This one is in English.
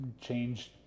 changed